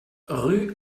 rue